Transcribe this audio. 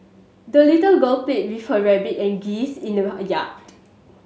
the little girl played with her rabbit and geese in the yard